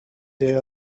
they